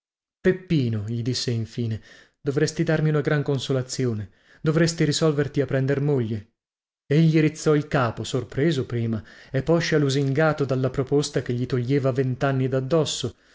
peppino gli disse infine dovresti darmi una gran consolazione dovresti risolverti a prender moglie egli rizzò il capo sorpreso prima e poscia lusingato dalla proposta che gli toglieva ventanni daddosso